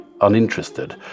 uninterested